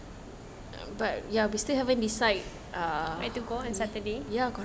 where to go on saturday